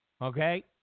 okay